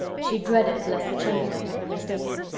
she dreaded lest the chambermaid had been mistaken.